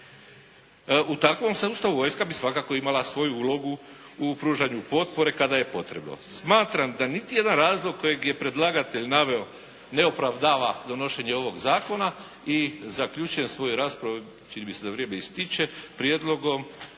U takvom sustavu vojska bi svakako imala svoju ulogu u pružanju potpore kada je potrebno. Smatram da niti jedan razlog kojeg je predlagatelj naveo ne opravdava donošenje ovog zakona i zaključujem svoju raspravu jer čini mi se da vrijeme ističe, prijedlogom